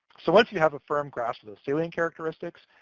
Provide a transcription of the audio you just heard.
so once you have a firm grasp of the salient characteristics,